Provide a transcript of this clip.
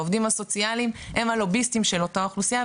העובדים הסוציאליים הם הלוביסטים של אותה אוכלוסייה,